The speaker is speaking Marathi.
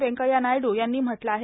व्यंकय्या नायडू यांनी म्हटलं आहे